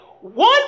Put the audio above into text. One